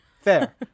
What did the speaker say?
Fair